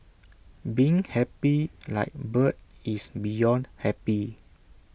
being happy like bird is beyond happy